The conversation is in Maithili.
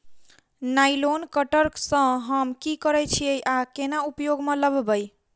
नाइलोन कटर सँ हम की करै छीयै आ केना उपयोग म लाबबै?